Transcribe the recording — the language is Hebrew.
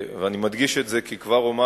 אני מדגיש את זה, כי כבר אומר